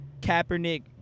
Kaepernick